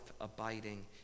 abiding